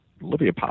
Libya